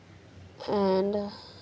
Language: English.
and